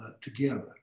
together